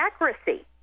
accuracy